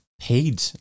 paid